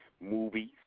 movies